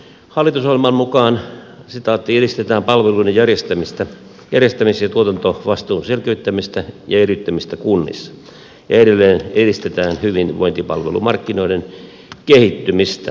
hallitusohjelman mukaan edistetään palveluiden järjestämis ja tuotantovastuun selkeyttämistä ja eriyttämistä kunnissa ja edelleen edistetään hyvinvointipalvelumarkkinoiden kehittymistä